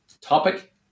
topic